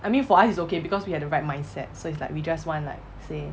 I mean for us is okay because we have the right mindset so it's like we just one like say